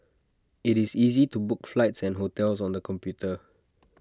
IT is easy to book flights and hotels on the computer